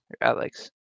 Alex